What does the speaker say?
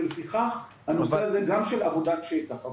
ולפיכך הנושא הזה גם של עבודת שטח.